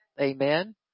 Amen